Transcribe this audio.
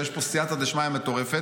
יש פה סייעתא דשמיא מטורפת,